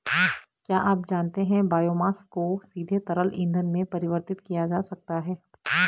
क्या आप जानते है बायोमास को सीधे तरल ईंधन में परिवर्तित किया जा सकता है?